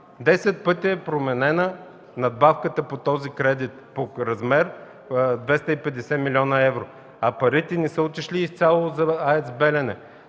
пъти е променена надбавката по кредита в размер 250 млн. евро, а парите не са отишли изцяло за АЕЦ „Белене”.